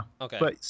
Okay